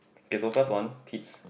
okay so first one pete's